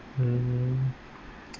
mm